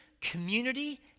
community